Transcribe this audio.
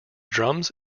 drums